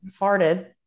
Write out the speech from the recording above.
farted